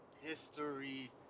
history